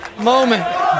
moment